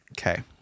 Okay